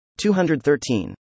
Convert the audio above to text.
213